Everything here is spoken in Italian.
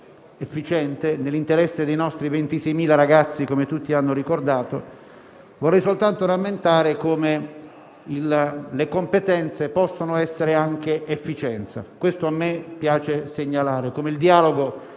efficiente, nell'interesse dei nostri 26.000 ragazzi, che tutti hanno ricordato. Vorrei soltanto rammentare come le competenze possono significare anche efficienza e questo mi piace segnalarlo. Il dialogo